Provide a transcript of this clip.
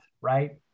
right